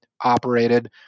operated